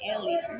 alien